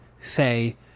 say